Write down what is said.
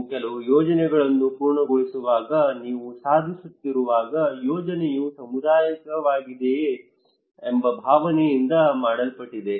ನೀವು ಕೆಲವು ಯೋಜನೆಗಳನ್ನು ಪೂರ್ಣಗೊಳಿಸುವಾಗ ನೀವು ಸಾಧಿಸುತ್ತಿರುವಾಗ ಯೋಜನೆಯು ಸಮುದಾಯಕ್ಕಾಗಿಯೇ ಎಂಬ ಭಾವನೆಯಿಂದ ಮಾಡಲ್ಪಟ್ಟಿದೆ